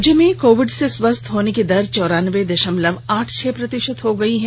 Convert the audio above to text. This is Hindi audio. राज्य में कोविड से स्वस्थ होने की दर चौरानबे दशमलव आठ छह प्रतिशत हो गई है